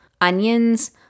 onions